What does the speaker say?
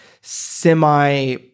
semi